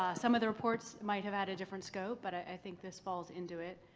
some other reports might have had a different scope, but i think this falls into it,